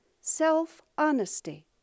self-honesty